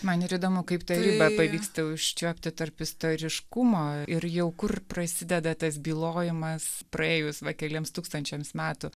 man ir įdomu kaip tą ribą pavyksta užčiuopti tarp istoriškumo ir jau kur prasideda tas bylojimas praėjus va keliems tūkstančiams metų